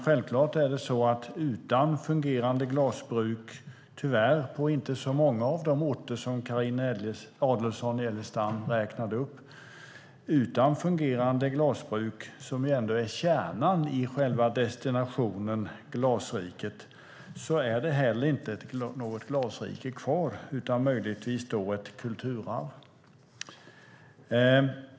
Självklart är det dock tyvärr så att det utan fungerande glasbruk, som ändå är kärnan i själva destinationen Glasriket, på många av de orter Carina Adolfsson Elgestam räknade upp heller inte finns något glasrike kvar utan då möjligtvis ett kulturarv.